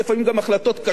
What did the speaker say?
לא פופולריות,